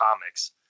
comics